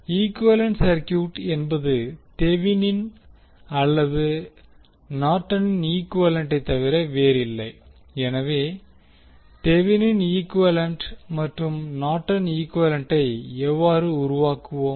equivalent circuit என்பது தெவினின் அல்லது நார்டனின் ஈகுவேலண்டை தவிர வேறில்லை எனவே தெவினின் ஈக்குவேலன்ட் மற்றும் நார்டன் ஈக்குவேலன்டை எவ்வாறு உருவாக்குவோம்